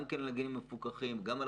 אנחנו לא